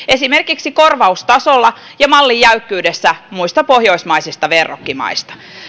esimerkiksi korvaustasossa ja mallin jäykkyydessä muista pohjoismaisista verrokkimaista